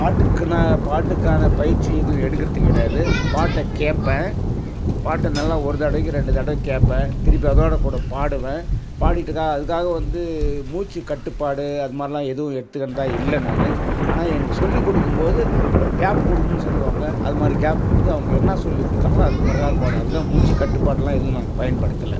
பாட்டுக்குன்னால் பாட்டுக்கான பயிற்சி எதுவும் எடுக்கறது கிடையாது பாட்டை கேட்பேன் பாட்டை நல்லா ஒரு தடவைக்கு ரெண்டு தடவை கேட்பேன் திருப்பி அதோடய கூட பாடுவேன் பாடிகிட்டு க அதுக்காக வந்து மூச்சுக்கட்டுப்பாடு அதுமாதிரிலாம் எதுவும் எடுத்துக்கிறதா இல்லை நான் ஆனால் எனக்கு சொல்லி கொடுக்கும் போது ஒரு கேப் கொடுக்குணுன்னு சொல்லுவாங்க அதுமாதிரி கேப் கொடுத்து அவங்க என்ன சொல்லி கொடுத்தாங்களோ அதுமாதிரி தான் இருப்பேன் நான் அதுக்காக மூச்சுக்கட்டுப்பாட்டெல்லாம் எதுவும் நான் பயன்படுத்தலை